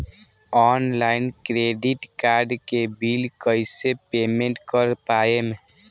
Online credit card के bill कइसे payment कर पाएम?